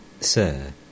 Sir